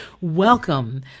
Welcome